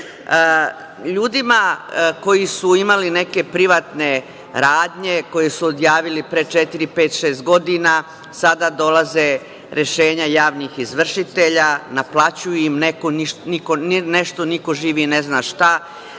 Ljudima koji su imali neke privatne radnje, koje su odjavili pre četiri, pet, šest godina sada dolaze rešenja javnih izvršitelja, naplaćuju im nešto, niko živi ne zna šta,